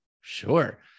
sure